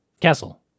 Castle